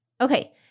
Okay